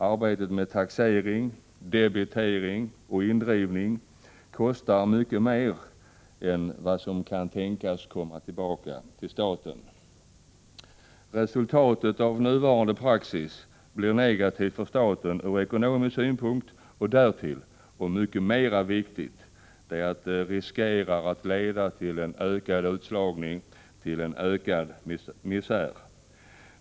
Arbetet med taxering, debitering och indrivning kostar mycket mer än vad som kan tänkas komma tillbaka till staten. Resultatet av nuvarande praxis blir negativt för staten ur ekonomisk synpunkt. Därtill, och mycket mera viktigt, kommer att det riskerar att leda till en ökad utslagning och misär.